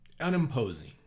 unimposing